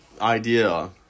idea